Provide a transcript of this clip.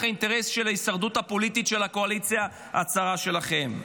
האינטרס של ההישרדות הפוליטית של הקואליציה הצרה שלכם.